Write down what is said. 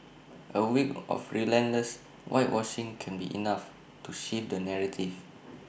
A week of relentless whitewashing can be enough to shift the narrative